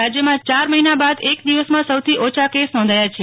રાજ્યમાં ચાર મહિનામાં બાદ એક દિવસમાં સૌથી ઓછા કેસ નોંધાથા છે